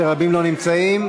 רואה שרבים לא נמצאים.